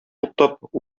туктап